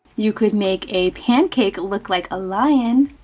you could make a pancake look like a lion.